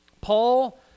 Paul